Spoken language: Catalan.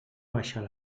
abaixar